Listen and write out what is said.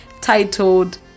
titled